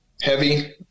Heavy